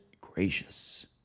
gracious